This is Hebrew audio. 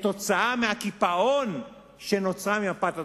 כתוצאה מהקיפאון שנוצר במפת הדרכים.